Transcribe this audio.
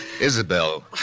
Isabel